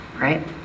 right